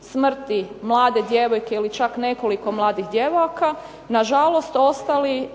smrti mlade djevojke ili čak nekoliko mladih djevojaka na žalost ostali